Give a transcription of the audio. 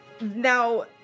Now